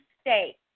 state